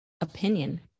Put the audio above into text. opinion